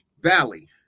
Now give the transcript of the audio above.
Valley